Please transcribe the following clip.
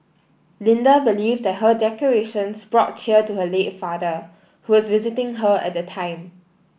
Linda believed that her decorations brought cheer to her late father who was visiting her at the time